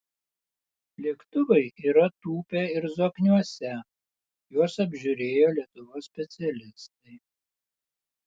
lėktuvai yra tūpę ir zokniuose juos apžiūrėjo lietuvos specialistai